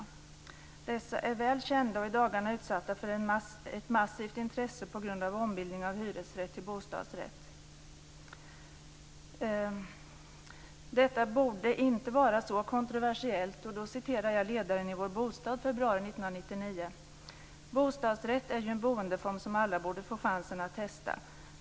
Dessa är väl kända och i dagarna utsatta för ett massivt intresse på grund av ombildning av hyresrätt till bostadsrätt. Detta borde inte vara så kontroversiellt. Jag citerar ledaren i tidningen Vår Bostad från februari 1999: "Bostadsrätt är ju en boendeform som alla borde få chansen att testa.